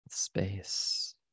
Space